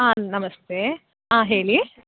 ಹಾಂ ನಮಸ್ತೆ ಹಾಂ ಹೇಳಿ